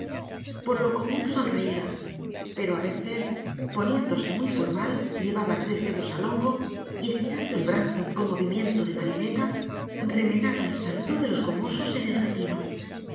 por lo común sonreía pero á veces poniéndose muy formal llevaba tres dedos al hongo y estirando el brazo con movimiento de marioneta remedaba el saludo de los gomosos en el retiro